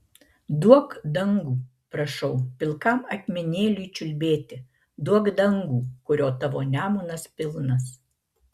duok dangų prašau pilkam akmenėliui čiulbėti duok dangų kurio tavo nemunas pilnas